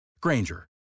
Granger